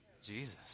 Jesus